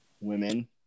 women